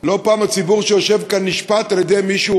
לא אחת הציבור שיושב כאן נשפט על-ידי מי שהוא